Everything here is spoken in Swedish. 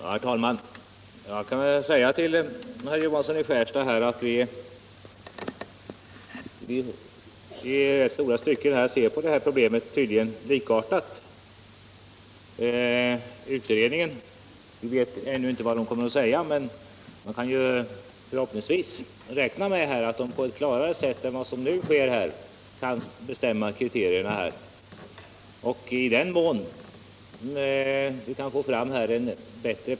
Herr talman! Jag kan säga till herr Johansson i Skärstad att vi i stora stycken ser likadant på detta problem. Vi vet ännu inte vilket resultat utredningen kommer fram till, men bör kunna räkna med att den skall lägga fram förslag om klarare kriterier än vad vi nu har.